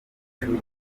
inshuro